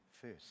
first